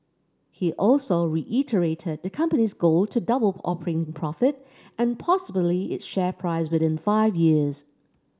he also reiterated the company's goal to double operating profit and possibly its share price within five years